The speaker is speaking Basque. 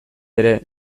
ere